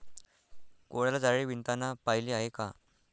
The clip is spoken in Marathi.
कोळ्याला जाळे विणताना पाहिले आहे का?